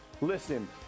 Listen